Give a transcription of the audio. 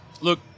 Look